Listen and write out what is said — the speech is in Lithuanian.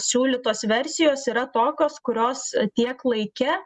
siūlytos versijos yra tokios kurios tiek laike